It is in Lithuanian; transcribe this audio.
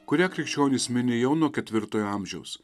kurią krikščionys mini jau nuo ketvirtojo amžiaus